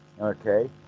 Okay